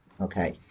Okay